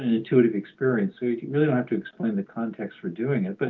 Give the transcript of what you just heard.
intuitive experience. you really don't have to explain the context for doing it. but